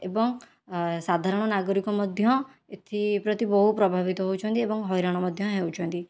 ଏବଂ ସାଧାରଣ ନାଗରିକ ମଧ୍ୟ ଏଥିପ୍ରତି ବହୁ ପ୍ରଭାବିତ ହେଉଛନ୍ତି ଏବଂ ହଇରାଣ ମଧ୍ୟ ହେଉଛନ୍ତି